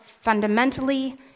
fundamentally